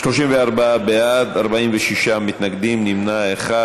34 בעד, 46 מתנגדים, נמנע אחד.